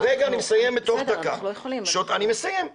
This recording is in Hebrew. אנחנו לא יכולים --- אני מסיים.